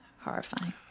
Horrifying